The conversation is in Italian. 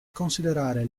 considerare